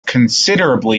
considerably